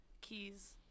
keys